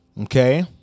Okay